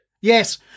Yes